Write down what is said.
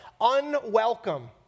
unwelcome